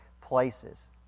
places